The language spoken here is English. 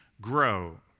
grow